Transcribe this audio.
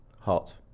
hot